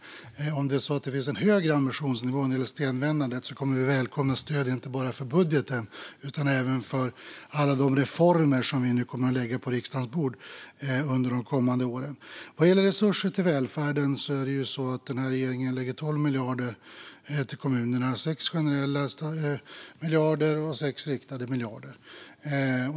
Om det nu finns en högre ambitionsnivå när det gäller stenvändandet kommer vi att välkomna stöd inte bara för budgeten utan även för alla de reformer som vi kommer att lägga på riksdagens bord under de kommande åren. Vad gäller resurser till välfärden lägger regeringen 12 miljarder till kommunerna - 6 generella miljarder och 6 riktade miljarder.